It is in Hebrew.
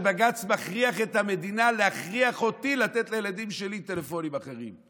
שבג"ץ מכריח את המדינה להכריח אותי לתת לילדים שלי טלפונים אחרים?